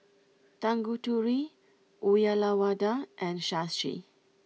Tanguturi Uyyalawada and Shashi